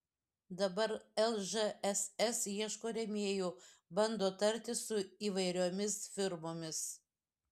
dabar lžss ieško rėmėjų bando tartis su įvairiomis firmomis